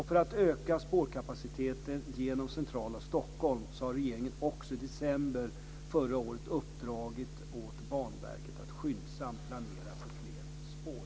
För att öka spårkapaciteten genom centrala Stockholm har regeringen också i december förra året uppdragit åt Banverket att skyndsamt planera för fler spår.